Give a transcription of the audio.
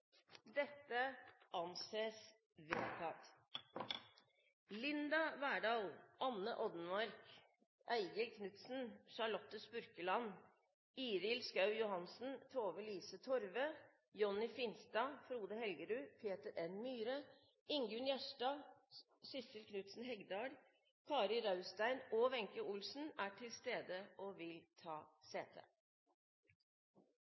Linda Verdal, Anne Odenmarck, Eigil Knutsen, Charlotte Spurkeland, Iril Schau Johansen, Tove-Lise Torve, Jonny Finstad, Frode Helgerud, Peter N. Myhre, Ingunn Gjerstad, Sissel Knutsen Hegdal, Kari Raustein og Wenche Olsen er til stede og vil ta